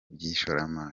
by’ishoramari